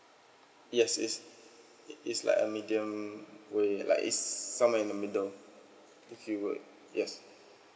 yes is it is like a medium way like it's somewhere in the middle if you would yes